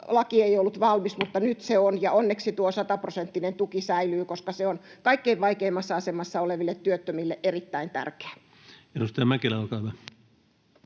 koputtaa] mutta nyt se on, ja onneksi tuo sataprosenttinen tuki säilyy, koska se on kaikkein vaikeimmassa asemassa oleville työttömille erittäin tärkeä. [Speech 126] Speaker: